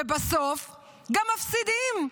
ובסוף גם מפסידים.